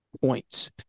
points